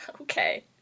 okay